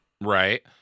Right